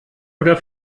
oder